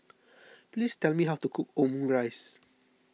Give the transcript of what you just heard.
please tell me how to cook Omurice